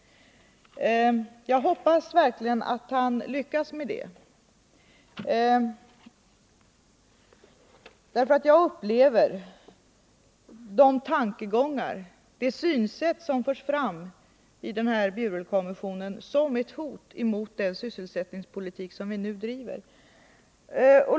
Jag hoppas att han lyckas med det. Jag upplever de tankegångar och synsätt som förs fram av Bjurelkommissionen som ett hot emot den sysselsättningspolitik som vi nu bedriver.